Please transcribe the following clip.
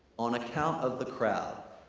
on account of the crowd,